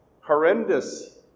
Horrendous